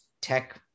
tech